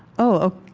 oh,